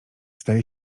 zdaje